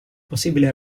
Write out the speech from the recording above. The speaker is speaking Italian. possibile